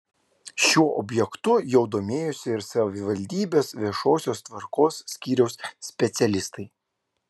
šiuo objektu jau domėjosi ir savivaldybės viešosios tvarkos skyriaus specialistai